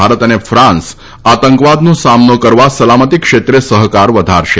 ભારત અને ફાન્સ આતંકવાદનો સામનો કરવા સલામતી ક્ષેત્રે સહકાર વધારશે